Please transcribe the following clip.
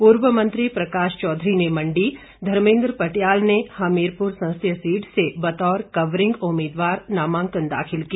पूर्व मंत्री प्रकाश चौधरी ने मंडी धर्मेद्र पटियाल ने हमीरपुर संसदीय सीट से बतौर कवरिंग उम्मीदवार नामांकन दाखिल किया